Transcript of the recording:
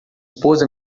esposa